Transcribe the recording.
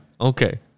Okay